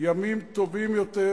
ימים טובים יותר